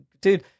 dude